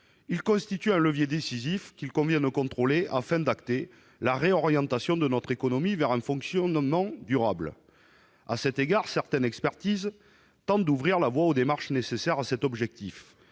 ils constituent un levier décisif qu'il convient de contrôler afin d'acter la réorientation de notre économie vers un fonctionnement durable. À cet égard, certaines expertises tentent d'ouvrir la voie aux démarches nécessaires à cet objectif.